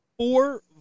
Four